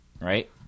right